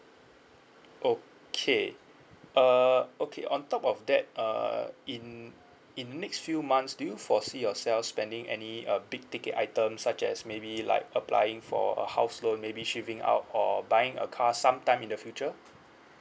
okay uh okay on top of that uh in in next few months do you foresee yourself spending any uh big ticket items such as maybe like applying for a house loan maybe shifting out or buying a car sometime in the future